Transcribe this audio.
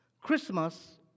Christmas